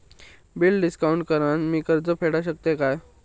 Bill discount करान मी कर्ज फेडा शकताय काय?